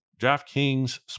DraftKings